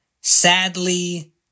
sadly